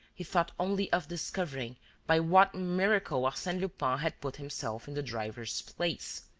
he thought only of discovering by what miracle arsene lupin had put himself in the driver's place.